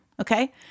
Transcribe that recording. okay